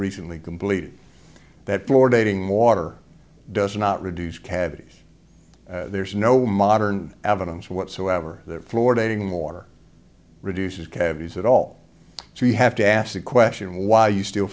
recently completed that for dating water does not reduce cavities there's no modern evidence whatsoever that floor dating water reduces cavities at all so you have to ask the question why you still